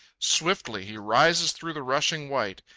swiftly he rises through the rushing white.